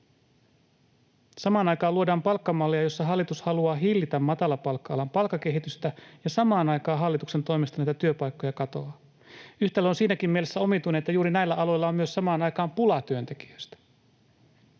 Samaan aikaan luodaan palkkamallia, jossa hallitus haluaa hillitä matalapalkka-alan palkkakehitystä, ja samaan aikaan hallituksen toimesta näitä työpaikkoja katoaa. Yhtälö on siinäkin mielessä omituinen, että juuri näillä aloilla on samaan aikaan myös pula työntekijöistä.